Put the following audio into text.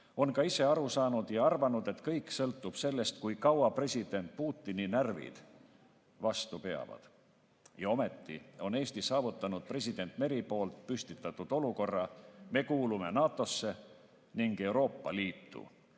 on ka ise aru saanud ja arvanud, et kõik sõltub sellest, kui kaua president Putini närvid vastu peavad. Ja ometi on Eesti saavutanud president Meri [kirjeldatud] olukorra. Me kuulume NATO‑sse ning Euroopa Liitu.